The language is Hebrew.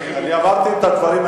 אני אמרתי את הדברים,